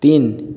তিন